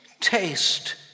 taste